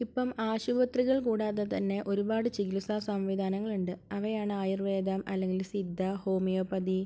ഇപ്പം ആശുപത്രികൾ കൂടാതെ തന്നെ ഒരുപാട് ചികിത്സ സംവിധാനങ്ങൾ ഉണ്ട് അവയാണ് ആയുർവേദം അല്ലെങ്കിൽ സിദ്ധ ഹോമിയോപ്പതി